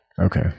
Okay